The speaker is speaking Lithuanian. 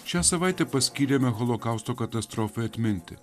šią savaitę paskyrėme holokausto katastrofai atminti